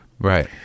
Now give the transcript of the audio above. Right